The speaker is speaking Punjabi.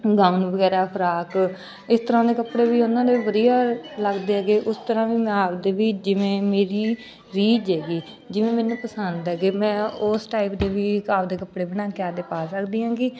ਗਾਊਨ ਵਗੈਰਾ ਫਰਾਕ ਇਸ ਤਰ੍ਹਾਂ ਦੇ ਕੱਪੜੇ ਵੀ ਉਹਨਾਂ ਦੇ ਵਧੀਆ ਲੱਗਦੇ ਹੈਗੇ ਉਸ ਤਰ੍ਹਾਂ ਵੀ ਮੈਂ ਆਪਦੇ ਵੀ ਜਿਵੇਂ ਮੇਰੀ ਰੀਝ ਹੈਗੀ ਜਿਵੇਂ ਮੈਨੂੰ ਪਸੰਦ ਹੈਗੇ ਮੈਂ ਉਸ ਟਾਈਪ ਦੇ ਵੀ ਆਪਦੇ ਕੱਪੜੇ ਬਣਾ ਕੇ ਆਪਦੇ ਪਾ ਸਕਦੀ ਹੈਗੀ